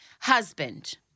husband